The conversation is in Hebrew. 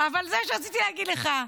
אבל זה מה שרציתי להגיד לך: